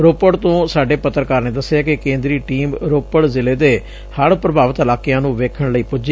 ਰੋਪੜ ਤੋਂ ਸਾਡੇ ਪੱਤਰਕਾਰ ਨੇ ਦਸਿਐ ਕਿ ਕੇਂਦਰੀ ਟੀਮ ਰੋਪੜ ਜ਼ਿਲ੍ਹੇ ਦੇ ਹਤ੍੍ ਪ੍ਭਾਵਿਤ ਇਲਾਕਿਆਂ ਨੂੰ ਵੇਖਣ ਲਈ ਪੁੱਜੀ